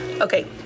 Okay